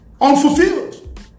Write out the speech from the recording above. Unfulfilled